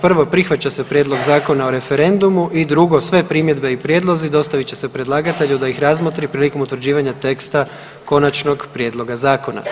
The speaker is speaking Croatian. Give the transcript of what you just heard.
Prvo prihvaća se prijedlog Zakona o referendumu i drugo, sve primjedbe i prijedlozi dostavit će se predlagatelju da ih razmotri prilikom utvrđivanja teksta konačnog prijedloga zakona.